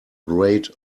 great